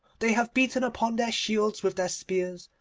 they have beaten upon their shields with their spears,